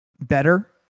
better